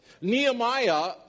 Nehemiah